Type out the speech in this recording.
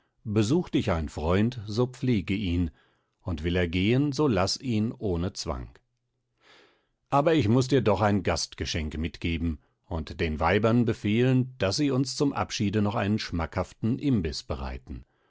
besucht dich ein freund so pflege ihn und will er gehen so laß ihn ohne zwang aber ich muß dir doch ein gastgeschenk mitgeben und den weibern befehlen daß sie uns zum abschiede noch einen schmackhaften imbiß bereiten